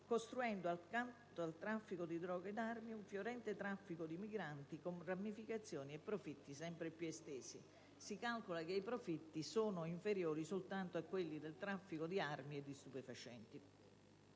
costruito, accanto al traffico di droga e di armi, un fiorente traffico di migranti, con ramificazioni e profitti sempre più estesi. Si calcola che i profitti siano inferiori soltanto a quelli del traffico di armi e di stupefacenti.